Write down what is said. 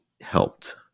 helped